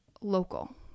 local